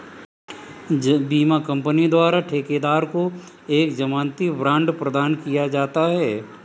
बीमा कंपनी द्वारा ठेकेदार को एक जमानती बांड प्रदान किया जाता है